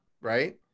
Right